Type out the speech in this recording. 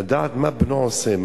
לדעת מה בנו עושה,